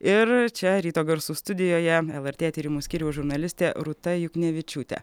ir čia ryto garsų studijoje lrt tyrimų skyriaus žurnalistė rūta juknevičiūtė